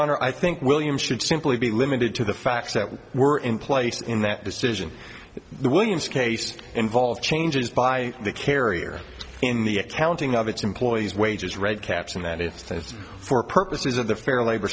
honor i think william should simply be limited to the facts that were in place in that decision the williams case involved changes by the carrier in the talented of its employees wages red caps and that it's for purposes of the fair labor